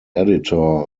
editor